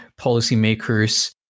policymakers